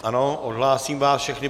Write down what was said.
Ano, odhlásím vás všechny.